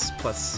plus